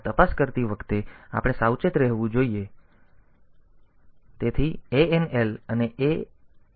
તેથી આ તપાસ કરતી વખતે આપણે સાવચેત રહેવું જોઈએ